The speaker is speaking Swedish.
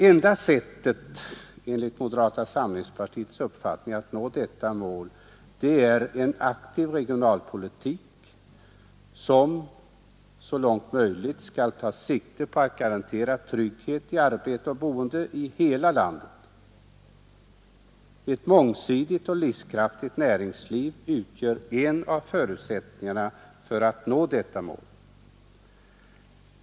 Enda sättet att nå detta mål är enligt moderata samlingspartiets uppfattning att vi för en aktiv regionalpolitik som så långt det är möjligt tar sikte på att garantera trygghet i arbete och boende i hela landet. Ett mångsidigt och livskraftigt näringsliv utgör en av förutsättningarna för att nå detta mål.